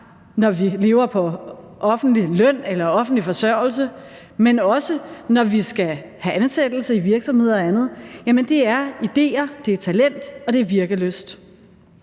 når vi lever på offentlig løn eller offentlig forsørgelse, men også når vi skal have ansættelse i virksomheder og andet, er idéer, og det